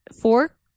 four